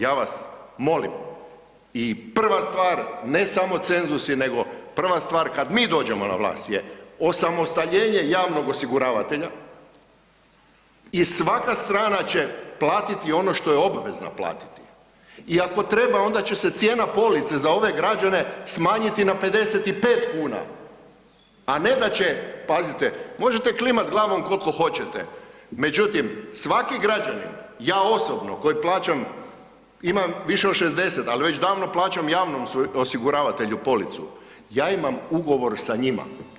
Ja vas molim i prva stvar ne samo cenzusi, nego prva stvar kada mi dođemo na vlast je osamostaljenje javnog osiguravatelja i svaka strana će platiti ono što je obvezna platiti i ako treba onda će se cijena police za ove građane smanjiti na 55 kuna, a ne da će pazite, možete klimat glavom koliko hoćete, međutim svaki građanin, ja osobno koji plaćam imam više od 60, ali već odavno plaćam javnom osiguravatelju policu, ja imam ugovor sa njima.